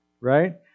Right